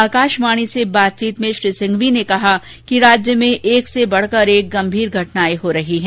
आकाशवाणी से बातचीत में श्री सिंघवी ने कहा कि राज्य में एक से बढ़कर एक गंभीर घटनाएं हो रही हैं